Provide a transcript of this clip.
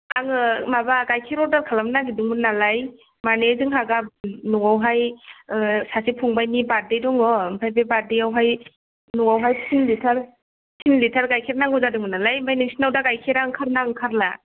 आङो माबा गाइखेर अर्दार खालामनो नागिरदोंमोन नालाय माने जोंहा गाबोन न'आवहाय ओ सासे फंबाइनि बार्थदे दङ ओमफ्राय बे बार्थदेआवहाय न'आवहाय तिन लिटार गाइखेर नांगौ जादोंमोन नालाय ओमफ्राय नोंसोरनाव गाइखेरा ओंखारो ना ओंखारला